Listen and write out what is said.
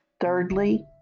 Thirdly